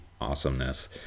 awesomeness